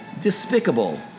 despicable